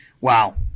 Wow